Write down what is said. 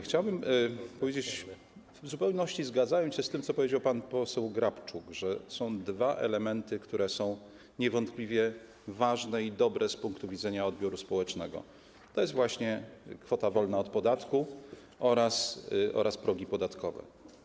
Chciałbym powiedzieć, w zupełności zgadzając się z tym, co powiedział pan poseł Grabczuk, że są dwa elementy, które są niewątpliwie ważne i dobre z punktu widzenia odbioru społecznego: kwota wolna od podatku oraz progi podatkowe.